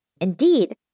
Indeed